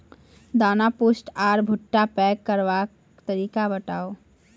दाना पुष्ट आर भूट्टा पैग करबाक तरीका बताऊ?